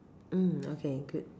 mm okay good